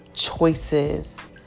choices